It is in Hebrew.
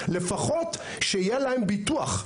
לפחות שיהיה להם ביטוח.